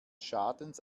schadens